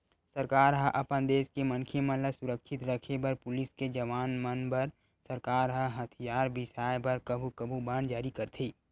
सरकार ह अपन देस के मनखे मन ल सुरक्छित रखे बर पुलिस के जवान मन बर सरकार ह हथियार बिसाय बर कभू कभू बांड जारी करथे